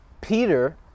Peter